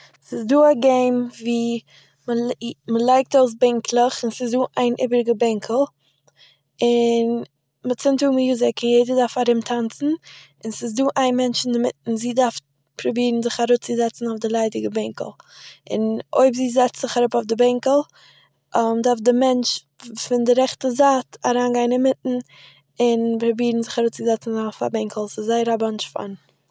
ס'איז דא א געים וואו-או מ'לייגט אויס בענקלעך און ס'איז דא איין איבעריגע בענקל, און מ'צינדט אן מיוזיק, יעדער דארף ארומטאנצן און ס'איז דא איין מענטש אין דערמיטן, און זי דארף פרובירן זיך אראפצוזעצן אויף די ליידיגער בענקל. אויב זי זעצט זיך אראפ אויף די בענקל דארף דער מענטש פון דער רעכטע זייט אריינגיין אינמיטן און פרובירן זיך אראפצוזעצן אויף א בענקל. ס'איז זייער א באנטש פאן